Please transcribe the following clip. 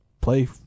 Play